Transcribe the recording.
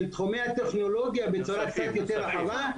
תחומי הטכנולוגיה בצורה קצת יותר רחבה.